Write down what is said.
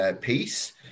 piece